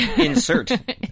insert